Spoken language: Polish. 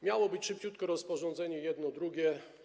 Miało być szybciutko rozporządzenie jedno, drugie.